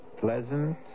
pleasant